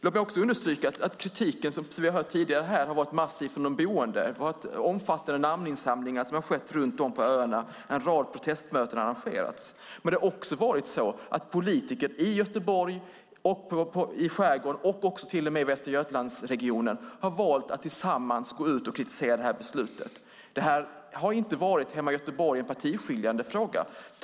Låt mig också understryka att kritiken som vi har hört tidigare här varit massiv från de boende. Omfattande namninsamlingar har skett runt om på öarna. En rad protestmöten har arrangerats. Men det har också varit så att politiker i Göteborg, i skärgården och till och med i Västra Götalandsregionen har valt att tillsammans gå ut och kritisera det här beslutet. Det här har inte varit en partiskiljande fråga hemma i Göteborg.